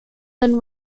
then